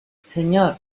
señor